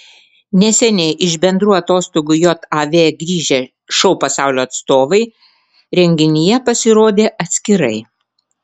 neseniai iš bendrų atostogų jav grįžę šou pasaulio atstovai renginyje pasirodė atskirai